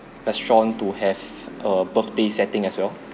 restaurant to have a birthday setting as well